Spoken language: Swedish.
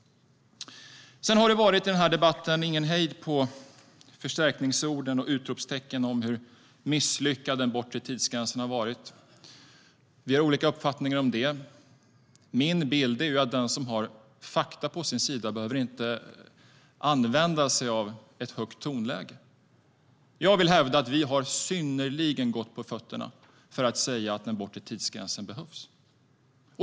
I den här debatten har det inte varit någon hejd på förstärkningsorden och utropstecknen om hur misslyckad den bortre tidsgränsen har varit. Vi har olika uppfattningar om det. Min bild är att den som har fakta på sin sida inte behöver använda sig av ett högt tonläge. Jag vill hävda att vi har synnerligen gott på fötterna för att säga att den bortre tidsgränsen behövs.